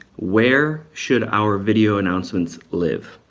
where should our video announcements live?